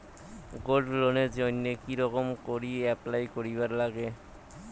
Gold লোনের জইন্যে কি রকম করি অ্যাপ্লাই করিবার লাগে?